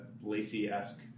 Lacey-esque